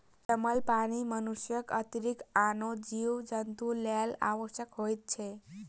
जमल पानि मनुष्यक अतिरिक्त आनो जीव जन्तुक लेल आवश्यक होइत छै